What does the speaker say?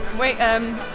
wait